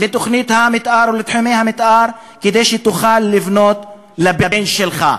לתוכנית המתאר או לתחומי המתאר כדי שתוכל לבנות לבן שלך.